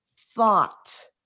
thought